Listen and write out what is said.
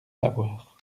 savoir